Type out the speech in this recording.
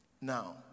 Now